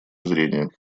зрения